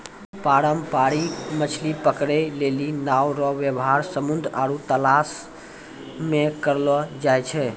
पारंपरिक मछली पकड़ै लेली नांव रो वेवहार समुन्द्र आरु तालाश मे करलो जाय छै